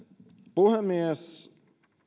puhemies